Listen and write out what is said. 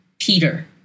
Peter